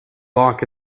lock